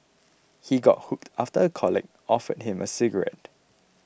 he got hooked after a colleague offered him a cigarette